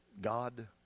God